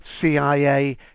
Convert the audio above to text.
cia